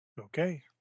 Okay